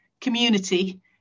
community